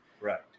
Right